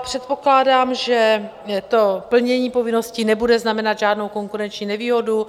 Předpokládám, že plnění povinností nebude znamenat žádnou konkurenční nevýhodu.